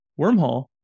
Wormhole